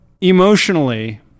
emotionally